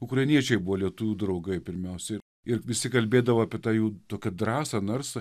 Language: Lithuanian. ukrainiečiai buvo lietuvių draugai pirmiausia ir visi kalbėdavo apie tą jų tokią drąsą nors